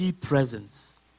presence